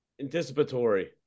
anticipatory